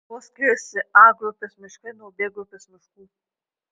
kuo skiriasi a grupės miškai nuo b grupės miškų